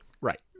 Right